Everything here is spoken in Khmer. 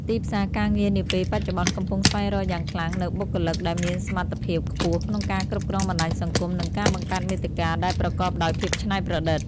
ទីផ្សារការងារនាពេលបច្ចុប្បន្នកំពុងស្វែងរកយ៉ាងខ្លាំងនូវបុគ្គលិកដែលមានសមត្ថភាពខ្ពស់ក្នុងការគ្រប់គ្រងបណ្តាញសង្គម និងការបង្កើតមាតិកាដែលប្រកបដោយភាពច្នៃប្រឌិត។